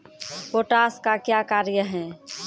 Potash का क्या कार्य हैं?